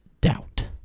Doubt